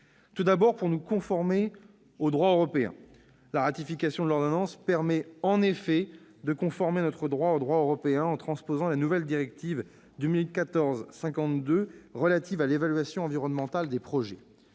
tout d'abord, de nous conformer au droit européen. La ratification de l'ordonnance permet, en effet, de conformer notre droit au droit européen, en transposant la nouvelle directive 2014/52/EU relative à l'évaluation environnementale des projets.